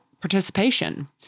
participation